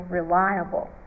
reliable